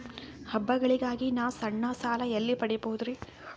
ಹಬ್ಬಗಳಿಗಾಗಿ ನಾ ಸಣ್ಣ ಸಾಲ ಎಲ್ಲಿ ಪಡಿಬೋದರಿ?